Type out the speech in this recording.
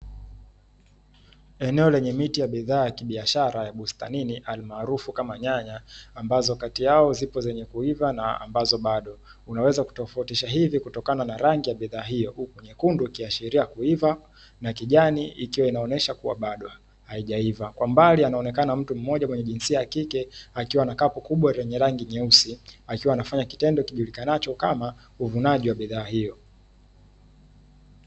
Eneo lenye miche ya bidhaa bustanini, almaarufu kama nyanya, ambazo kati yao zipo zenye kuiva na ambazo bado na unaweza kutofautisha hivi kutokana na rangi ya bidhaa hiyo, huku nyekundu ikiashiria kuiva na kijani ikiwa inaonyesha bado haijaiva na kwa mbali anaonekana mtu mmoja mwenye jinsia ya kike, akiwa na kapu kubwa lenye rangi nyeusi, akiwa anafanya kitendo kijulikanacho kama uvunaji wa bidhaa hiyo.